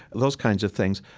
those kinds of things,